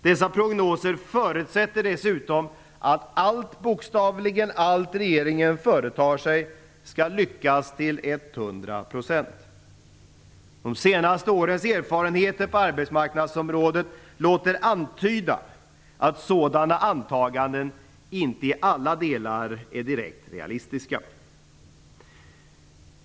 Dessa prognoser förutsätter dessutom att allt, bokstavligen allt, regeringen företar sig skall lyckas till 100 %. De senaste årens erfarenheter på arbetsmarknadsområdet låter antyda att sådana antaganden inte i alla delar är direkt realistiska.